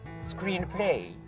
screenplay